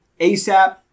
ASAP